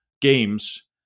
games